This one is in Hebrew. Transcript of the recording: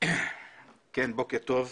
בוקר טוב.